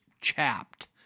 chapped